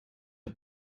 are